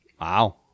Wow